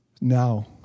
now